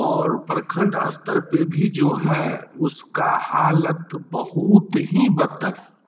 और प्रखंड स्तर पर भी जो है उसका हालत बहुत ही बदतर है